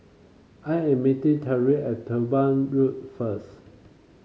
I am meeting Tyrin at Durban Road first